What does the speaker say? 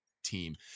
team